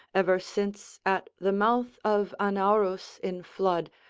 ever since at the mouth of anaurus in flood,